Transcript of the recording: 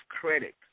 credit